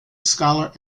scholar